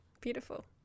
Beautiful